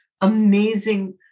amazing